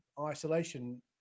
isolation